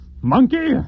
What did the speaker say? Monkey